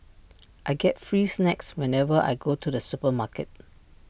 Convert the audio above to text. I get free snacks whenever I go to the supermarket